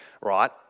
right